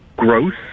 Gross